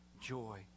joy